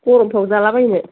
गरमफ्राव जालाबायनो